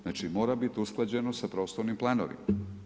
Znači mora biti usklađeno sa prostornim planovima.